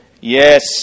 Yes